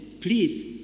please